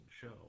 show